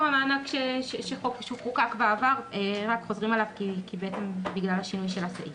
המענק שחוקק בעבר וחוזרים אליו בגלל השינוי של הסעיף.